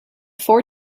four